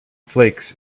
flakes